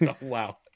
wow